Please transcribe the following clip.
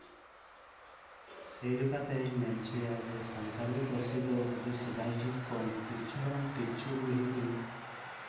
ᱥᱮᱭ ᱞᱮᱠᱟᱛᱤᱧ ᱢᱮᱱ ᱦᱚᱪᱚᱭᱟ ᱡᱮ ᱥᱟᱱᱛᱟᱲᱤ ᱯᱟᱹᱨᱥᱤ ᱫᱚ ᱦᱟᱱᱮ ᱥᱮᱫᱟᱭ ᱡᱩᱜᱽ ᱠᱷᱚᱱ ᱯᱤᱞᱪᱩ ᱦᱟᱲᱟᱢ ᱯᱤᱞᱪᱩ ᱵᱩᱰᱦᱤ ᱠᱤᱱ